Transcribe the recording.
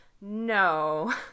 no